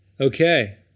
Okay